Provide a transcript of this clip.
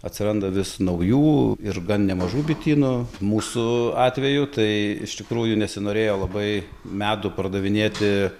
atsiranda vis naujų ir gan nemažų bitynų mūsų atveju tai iš tikrųjų nesinorėjo labai medų pardavinėti